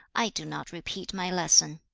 i do not repeat my lesson